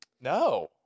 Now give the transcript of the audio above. No